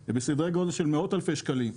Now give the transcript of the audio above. זה בסדרי-גודל של מאות-אלפי שקלים,